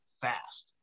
fast